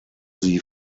sie